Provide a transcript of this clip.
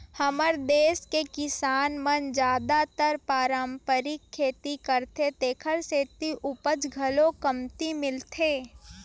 हमर देस के किसान मन जादातर पारंपरिक खेती करथे तेखर सेती उपज घलो कमती मिलथे